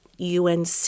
UNC